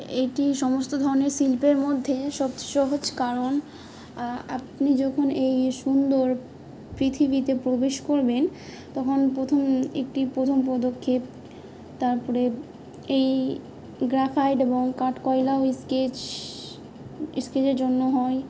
এটি সমস্ত ধরনের শিল্পের মধ্যে সবচেয়ে সহজ কারণ আপনি যখন এই সুন্দর পৃথিবীতে প্রবেশ করবেন তখন প্রথম একটি প্রথম পদক্ষেপ তারপরে এই গ্রাফাইট এবং কাঠকয়লাও স্কেচ স্কেচের জন্য হয়